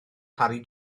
parry